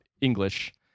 English